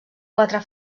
quatre